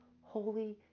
holy